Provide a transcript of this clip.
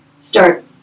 start